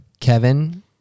Kevin